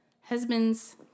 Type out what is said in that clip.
husband's